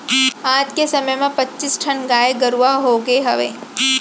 आज के समे म पच्चीस ठन गाय गरूवा होगे हवय